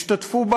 השתתפו בה